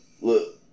look